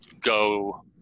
go